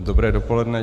Dobré dopoledne.